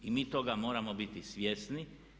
I mi toga moramo biti svjesni.